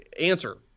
answer